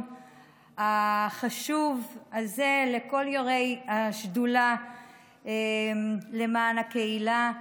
החשוב הזה לכל השדולה למען הקהילה,